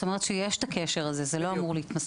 זאת אומרת שיש הקשר הזה, זה לא אמור להתמסמס.